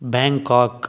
Bangkok